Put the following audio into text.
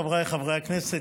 חבריי חברי הכנסת,